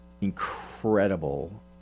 incredible